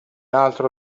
altro